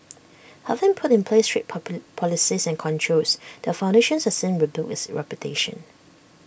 having put in place strict policies and controls the foundation has since rebuilt its reputation